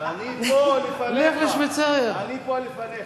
אני פה לפניך.